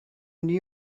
new